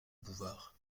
bouvard